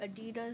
Adidas